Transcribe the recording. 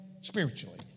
Spiritually